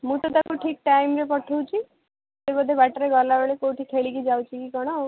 ମୁଁ ତ ତାକୁ ଠିକ୍ ଟାଇମ୍ରେ ପଠାଉଛି ସେ ବୋଧେ ବାଟରେ ଗଲାବେଳେ କେଉଁଠି ଖେଳିକି ଯାଉଛି କି କ'ଣ ଆଉ